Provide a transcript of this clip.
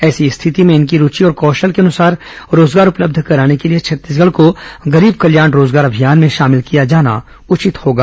ऐसी स्थिति में इनकी रूचि और कौशल के अनुसार रोजगार उपलब्ध कराने के लिए छत्तीसगढ़ को गरीब कल्याण रोजगार अभियान में शामिल किया जाना उचित होगा